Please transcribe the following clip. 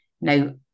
Now